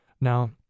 Now